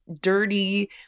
dirty